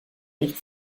nicht